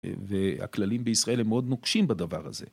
והכללים בישראל הם מאוד נוקשים בדבר הזה.